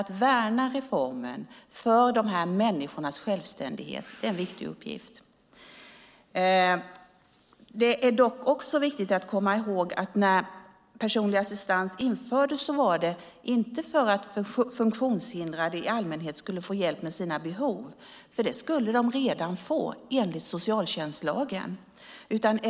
Att värna reformen för dessa människors självständighet är dock en viktig uppgift. Det är också viktigt att komma ihåg att det när personlig assistans infördes inte var för att funktionshindrade i allmänhet skulle få hjälp med sina behov. Det skulle de nämligen redan få enligt socialtjänstlagen.